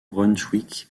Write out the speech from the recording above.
brunswick